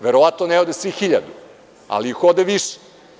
Verovatno ne ode svih hiljadu, ali ih ode više.